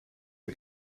een